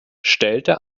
stellte